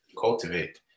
cultivate